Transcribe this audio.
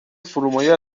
فرومایه